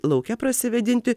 lauke prasivėdinti